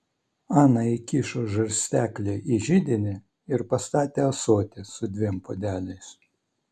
ana įkišo žarsteklį į židinį ir pastatė ąsotį su dviem puodeliais